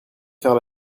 faire